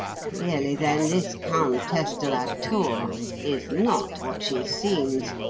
clearly, then, this countess de la tour is not what she seems,